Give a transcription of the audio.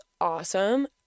awesome